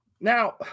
Now